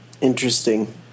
Interesting